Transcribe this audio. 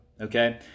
Okay